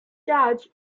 judge